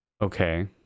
Okay